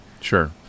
Sure